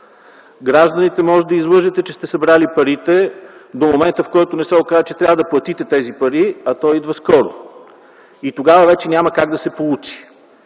Гражданите може да излъжете, че сте събрали парите до момента, в който не се окаже, че трябва да платите тези пари. А той идва скоро. И тогава няма как да се получи.